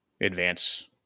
advance